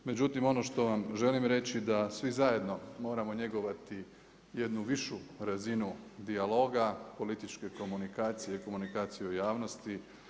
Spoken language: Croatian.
Međutim, ono što vam želim reći da svi zajedno moramo njegovati jednu višu razinu dijaloga, političke komunikacije, komunikaciju javnosti.